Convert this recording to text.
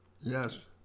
yes